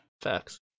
Facts